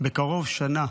בקרוב שנה.